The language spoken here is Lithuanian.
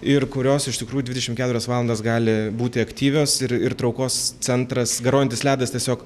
ir kurios iš tikrųjų dvidešimt keturias valandas gali būti aktyvios ir ir traukos centras garuojantis ledas tiesiog